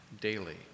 daily